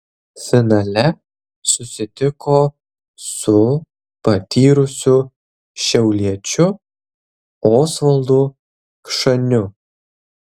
finale susitiko su patyrusiu šiauliečiu osvaldu kšaniu